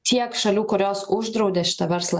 tiek šalių kurios uždraudė šitą verslą